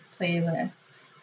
playlist